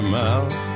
mouth